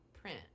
print